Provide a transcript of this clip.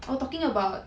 we're talking about